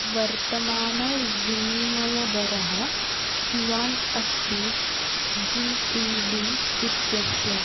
वर्तमानविनिमयदरः कियान् अस्ति G P B इत्यस्य